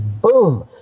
boom